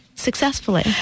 successfully